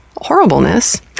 horribleness